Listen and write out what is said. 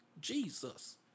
Jesus